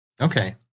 Okay